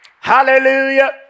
Hallelujah